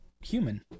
human